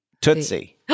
Tootsie